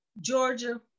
Georgia